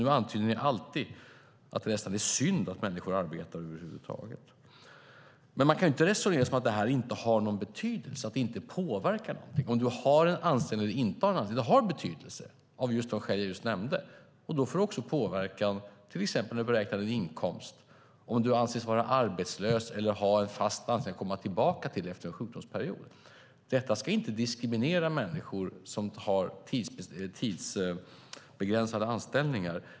Numera antyder ni alltid att det nästan är synd att människor över huvud taget arbetar. Man kan inte resonera som att detta inte har någon betydelse, att det inte påverkar. Om du har en anställning eller inte har en anställning har betydelse av just de skäl jag nyss nämnt. Det får påverkan till exempel på beräknad inkomst om du anses vara arbetslös eller om du har en fast anställning att efter en sjukdomsperiod komma tillbaka till. Detta ska inte diskriminera människor som har tidsbegränsade anställningar.